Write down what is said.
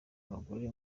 abagore